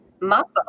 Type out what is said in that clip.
muscle